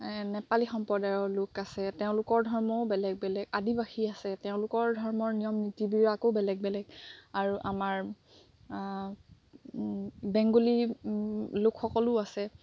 নেপালী সম্প্ৰদায়ৰ লোক আছে তেওঁলোকৰ ধৰ্মও বেলেগ বেলেগ আদিবাসী আছে তেওঁলোকৰ ধৰ্মৰ নিয়ম নীতিবিলাকো বেলেগ বেলেগ আৰু আমাৰ বেংগলী লোকসকলো আছে